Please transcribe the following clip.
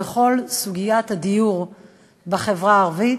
בכל סוגיית הדיור בחברה הערבית,